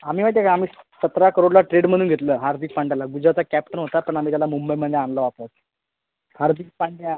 आम्ही माहिती आहे का आम्ही सतरा करोडला ट्रेड मधून घेतलं हार्दिक पांड्याला गुजरातचा कॅप्टन होता पण आम्ही त्याला मुंबईमध्ये आणलो वापस हार्दिक पांड्या